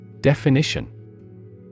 Definition